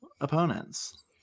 opponents